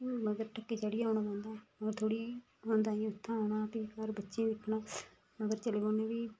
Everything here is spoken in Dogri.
हून मतलब ढक्की चड़ियै औना पौंदा होर थोह्ड़ी होंदा उत्थां औना फ्ही घर बच्चें गी दिक्खना अवा चली पौन्ने फ्ही